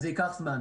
זה ייקח זמן.